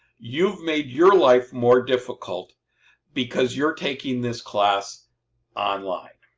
you've made your life more difficult because you're taking this class online.